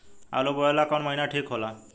आलू बोए ला कवन महीना ठीक हो ला?